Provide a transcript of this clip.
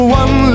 one